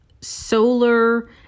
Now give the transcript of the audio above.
solar